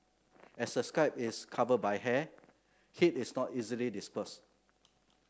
as the scalp is covered by hair heat is not easily dispersed